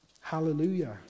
Hallelujah